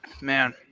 Man